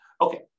Okay